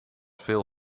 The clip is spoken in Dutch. veel